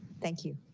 thank you.